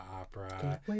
Opera